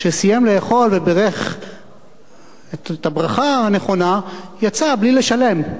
כשסיים לאכול ובירך את הברכה הנכונה יצא בלי לשלם.